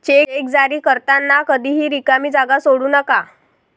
check जारी करताना कधीही रिकामी जागा सोडू नका